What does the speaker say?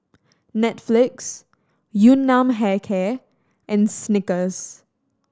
Netflix Yun Nam Hair Care and Snickers